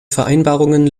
vereinbarungen